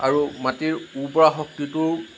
আৰু মাটিৰ উৰ্বৰা শক্তিটো